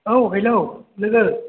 औ हेलौ लोगो